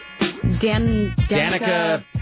Danica